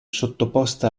sottoposta